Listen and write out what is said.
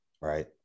right